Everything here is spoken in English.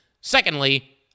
Secondly